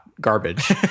garbage